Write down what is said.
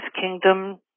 kingdom